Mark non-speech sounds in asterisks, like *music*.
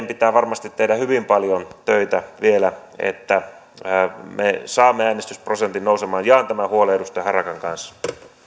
*unintelligible* pitää varmasti tehdä hyvin paljon töitä vielä että me saamme äänestysprosentin nousemaan jaan tämän huolen edustaja harakan kanssa